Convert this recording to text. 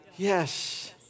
Yes